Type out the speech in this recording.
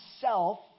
self